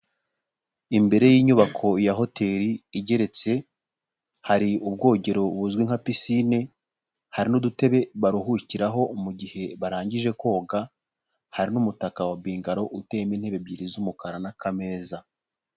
Imbere y'inyubako ya hoteri igeretse hari ubwogero buzwi nka pisine, hari n'udutebe baruhukiraho mu gihe barangije koga, hari n'umutaka wa bingaro uteyemo intebe ebyiri z'umukara n'akameza.